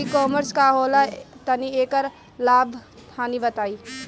ई कॉमर्स का होला तनि एकर लाभ हानि बताई?